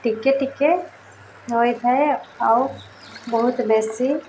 ଟିକିଏ ଟିକିଏ ହୋଇଥାଏ ଆଉ ବହୁତ ବେଶୀ